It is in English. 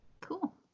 Cool